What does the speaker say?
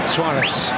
Suarez